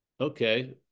Okay